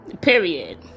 Period